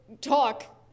talk